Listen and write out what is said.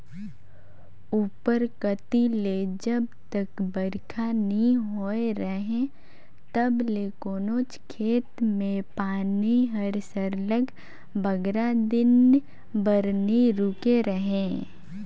उपर कती ले जब तक बरिखा नी होए रहें तब ले कोनोच खेत में पानी हर सरलग बगरा दिन बर नी रूके रहे